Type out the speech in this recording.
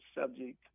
subject